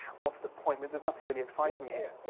what's the point? but there's nothing really exciting here.